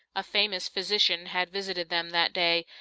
a famous physician had visited them that day,